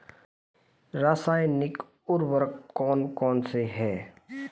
रासायनिक उर्वरक कौन कौनसे हैं?